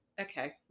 okay